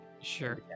Sure